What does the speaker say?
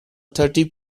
thirty